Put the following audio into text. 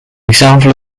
example